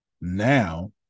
now